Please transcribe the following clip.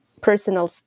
personal